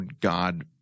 God